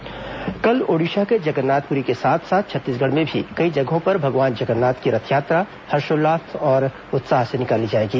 रथयात्रा कल ओडिशा के जगन्नाथप्री के साथ साथ छत्तीसगढ़ में भी कई जगहों पर भगवान जगन्नाथ की रथयात्रा हर्षोल्लास और उत्साह से निकाली जाएगी